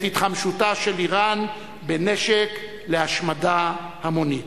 התחמשותה של אירן בנשק להשמדה המונית.